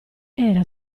era